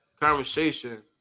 conversation